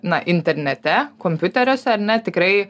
na internete kompiuteriuose ar ne tikrai